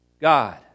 God